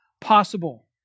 possible